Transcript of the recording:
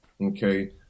Okay